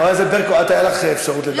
חברת הכנסת ברקו, את, הייתה לך אפשרות לדבר.